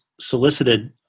solicited